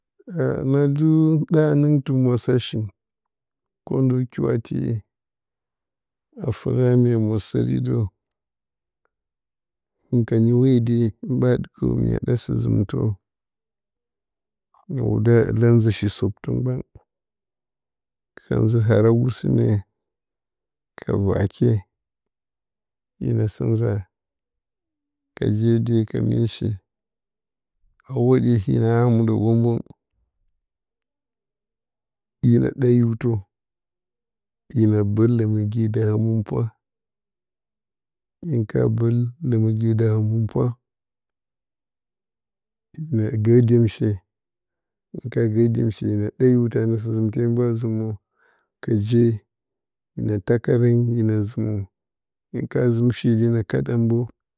na dɨ ɗa hanɨngtɨ mwasashi ndwo kiwati a fəra mya mwasari də hɨn ka ji hwode hɨn ɓa ɗɨkə mya ɗa sɨ-zɨmtə mya wuda hɨla shi-soptə mban ka nzɨ hara goosune ka vaake ye na sɨ nza ka jede ka meshi a hwoɗe ye na na a muɗə ɓəng-ɓəang ye na ɗa hiwtə ye na bəl ləməge da həmənpwa hɨ hin ka bəl ləməge da həmənpwa hina gər dyemshe hin ka gər dyemshe hina ɗa hiwtə a nə sɨ-zɨmte hin ɓa zɨmə kaje zɨmte hin ɓa zɨmə ka je ngga takarən hina zɨmə hin ka zɨmshe de nə kat a mbə